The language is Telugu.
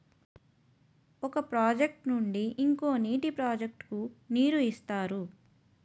ఒక ప్రాజెక్ట్ నుండి ఇంకో నీటి ప్రాజెక్ట్ కు నీరు ఇస్తారు